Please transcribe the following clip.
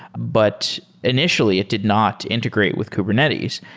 but initially, it did not integrate with kubernetes.